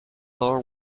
thor